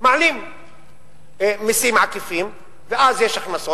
מעלים מסים עקיפים, ואז יש הכנסות.